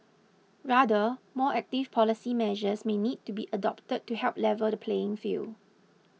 rather more active policy measures may need to be adopted to help level the playing field